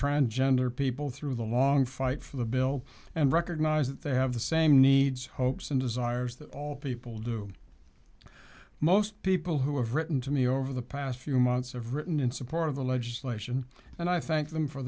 transgender people through the long fight for the bill and recognize that they have the same needs hopes and desires that all people do most people who have written to me over the past few months i've written in support of the legislation and i thank them for